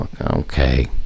Okay